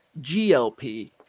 GLP